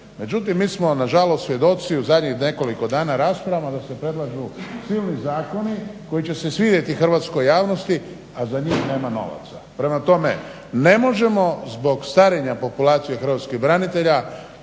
međutim mi smo nažalost u zadnjih nekoliko dana raspravama da se predlažu silni zakoni koji će se svidjeti hrvatskoj javnosti, a za njih nema novaca. Prema tome, ne možemo zbog starenja populacije hrvatskih branitelja